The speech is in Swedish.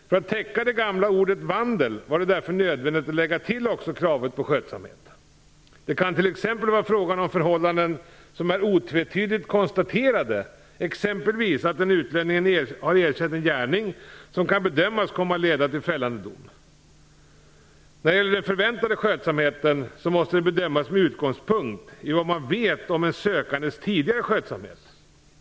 För att täcka det gamla ordet vandel var det därför nödvändigt att lägga till också kravet på skötsamhet. Det kan t.ex. vara fråga om förhållanden som är otvetydigt konstaterade, exempelvis att utlänningen har erkänt en gärning som kan bedömas komma att leda till fällande dom. När det gäller den förväntade skötsamheten måste den bedömas med utgångspunkt i vad man vet om en sökandes tidigare skötsamhet.